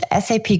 SAP